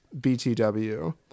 BTW